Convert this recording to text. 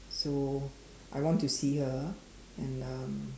so I want to see her ah and um